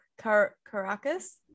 Caracas